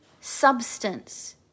substance